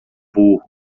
burro